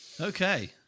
Okay